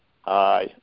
Hi